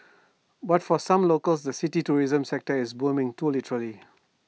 but for some locals the city's tourism sector is booming too literally